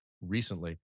recently